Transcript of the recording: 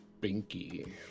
Binky